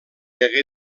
hagué